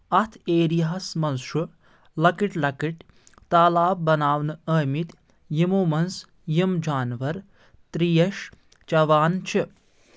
اتھ ایریاہَس منٛز چھُ لکٕٹۍ لکٕٹۍ تالاب بناونہٕ ٲمٕتۍ یِمو منٛز یِم جانور ترٛیش چٮ۪وان چھِ